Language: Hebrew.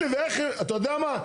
תגיד לי ואיך, אתה יודע מה?